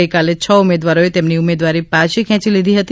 ગઇકાલે છ ઉમેદવારોએ તેમની ઉમેદવારી પાછી ખેંચી લીધી હતી